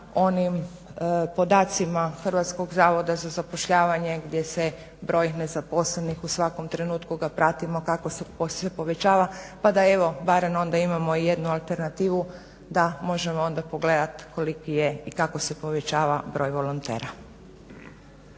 onim podacima HZZ-a gdje se broj nezaposlenih u svakom trenutku ga pratimo kako se povećava pa da evo barem onda imamo jednu alternativu da možemo onda pogledat koliki je i kako se povećava broj volontera.